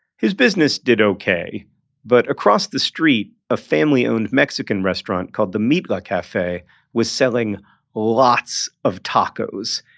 his business did okay but across the street, a family-owned mexican restaurant called the mitla cafe was selling lots of tacos,